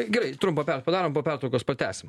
gerai trumpą pertauką padarom po pertraukos pratęsim